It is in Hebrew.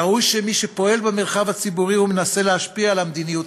ראוי שמי שפועל במרחב הציבורי ומנסה להשפיע על המדיניות